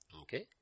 Okay